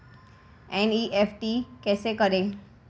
NEFT कैसे करें?